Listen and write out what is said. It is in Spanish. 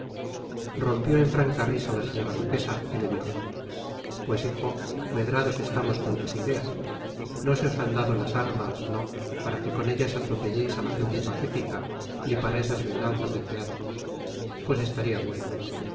rompió en franca risa la señora duquesa y le dijo pues hijo medrados estamos con tus ideas no se os han dado las armas no para que con ellas atropelléis a la gente pacífica ni para esas venganzas de teatro pues estaría bueno